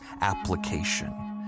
application